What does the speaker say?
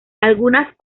algunas